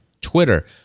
Twitter